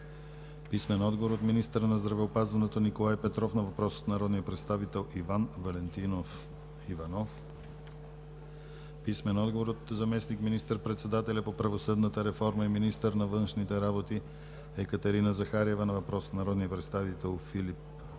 Виолета Желева; - министъра на здравеопазването Николай Петров на въпрос от народния представител Иван Валентинов Иванов; - заместник министър-председателя по правосъдната реформа и министър на външните работи Екатерина Захариева на въпрос от народните представители Филип